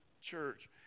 church